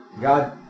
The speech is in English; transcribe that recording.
God